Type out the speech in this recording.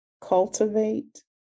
cultivate